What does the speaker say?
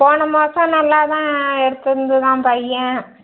போன மாதம் நல்லா தான் எடுத்திருந்துதான் பையன்